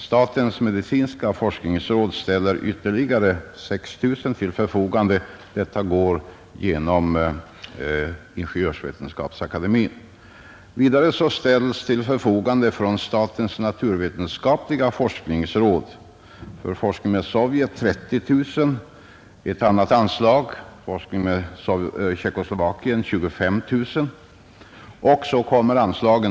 Statens medicinska forskningsråd ställer ytterligare 6 000 kronor till förfogande — dessa medel går genom Ingenjörsvetenskapsakademien. Vidare ställs från statens naturvetenskapliga forskningsråd till förfogande för forskningsutbyte med Sovjet 30 000 kronor. För forskningsutbyte med Tjeckoslovakien ställs 25 000 kronor till förfogande.